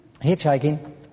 hitchhiking